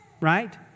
right